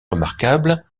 remarquable